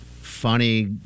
funny